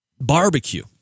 barbecue